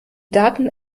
daten